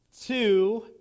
two